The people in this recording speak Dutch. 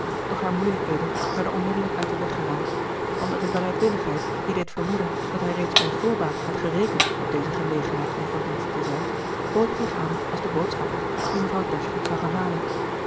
doch haar moeilijkheden werden onmiddellijk uit den weg geruimd want met een bereidwilligheid die deed vermoeden dat hij reeds bij voorbaat had gerekend op deze gelegenheid om van dienst te zijn bood hij zich aan als den boodschapper die mevrouw dashwood zou gaan halen